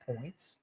points